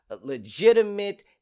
legitimate